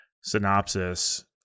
synopsis